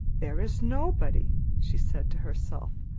there is nobody, she said to herself,